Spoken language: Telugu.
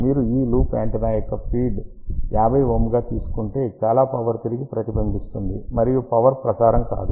మీరు ఈ లూప్ యాంటెన్నా యొక్క ఫీడ్ 50 Ωగా తీసుకుంటే చాలా పవర్ తిరిగి ప్రతిబింబిస్తుంది మరియు పవర్ ప్రసారం కాదు